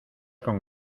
con